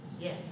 Yes